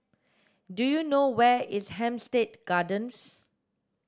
do you know where is Hampstead Gardens